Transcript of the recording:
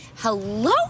Hello